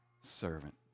servant